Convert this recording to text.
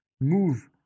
move